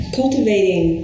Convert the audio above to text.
cultivating